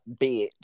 bitch